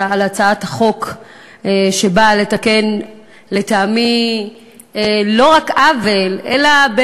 על הצעת החוק שלטעמי באה לתקן לא רק עוול אלא,